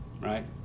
right